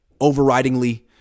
overridingly